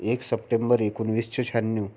एक सप्टेंबर एकोणवीसशे शहाण्णव